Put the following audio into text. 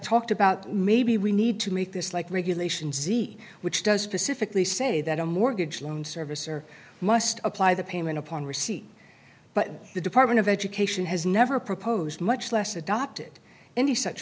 talked about maybe we need to make this like regulations e which does specifically say that a mortgage loan servicer must apply the payment upon receipt but the department of education has never proposed much less adopted any such